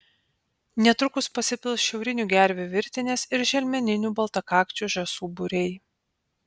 netrukus pasipils šiaurinių gervių virtinės ir želmeninių baltakakčių žąsų būriai